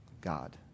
God